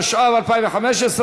התשע"ו 2015,